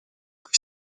как